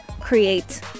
create